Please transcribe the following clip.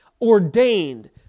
ordained